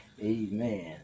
amen